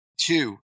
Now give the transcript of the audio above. Two